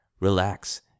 relax